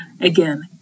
Again